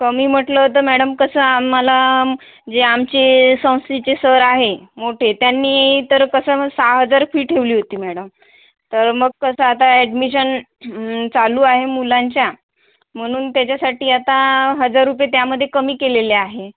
कमी म्हटलं तर मॅडम कसं आम्हाला जे आमचे संस्थेचे सर आहे मोठे त्यांनी तर कसं मग सहा हजार फी ठेवली होती मॅडम तर मग कसं आता ॲडमिशन चालू आहे मुलांच्या म्हणून त्याच्यासाठी आता हजार रुपये त्यामध्ये कमी केलेले आहे